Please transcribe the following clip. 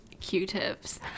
q-tips